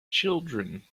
children